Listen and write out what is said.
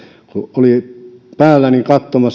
kun maahanmuuttoaalto oli päällä